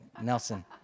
Nelson